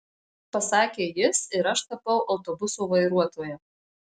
pasakė jis ir aš tapau autobuso vairuotoja